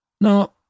No